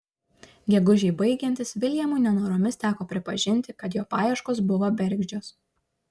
gegužei baigiantis viljamui nenoromis teko pripažinti kad jo paieškos buvo bergždžios